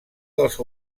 dels